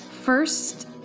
first